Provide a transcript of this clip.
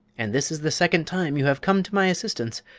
and this is the second time you have come to my assistance,